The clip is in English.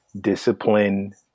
discipline